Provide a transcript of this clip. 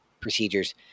procedures